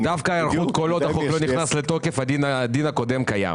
כל עוד החוק לא נכנס לתוקף הדין הקודם קיים